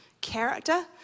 Character